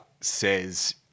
says